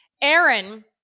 Aaron